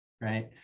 right